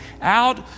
out